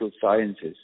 sciences